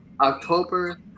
october